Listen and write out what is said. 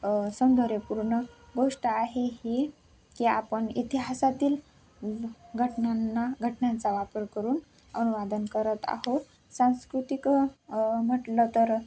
सौंदर्यपूर्ण गोष्ट आहे ही की आपण इतिहासातील घटनांना घटनांचा वापर करून अनुवाद करत आहोत सांस्कृतिक म्हटलं तर